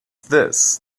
this